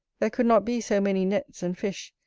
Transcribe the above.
there could not be so many nets and fish,